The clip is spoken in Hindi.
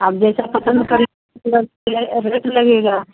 आप जैसा पसंद करेंगे वैसा ही रेट लगेगा